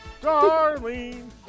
Darling